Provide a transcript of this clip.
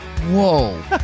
Whoa